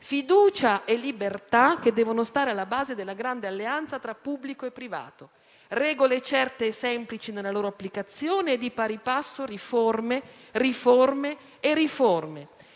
fiducia e libertà che devono stare alla base della grande alleanza tra pubblico e privato. Occorrono regole certe e semplici nella loro applicazione e di pari passo riforme, riforme e riforme.